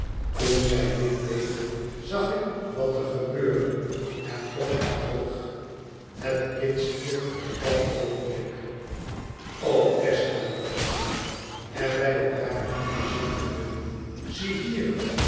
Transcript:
toen zij dit deed zag ik wat er gebeurde en trok haar terug het kind stierf op dat oogenblik o esther riep ada er bij op hare knieën zinkende zie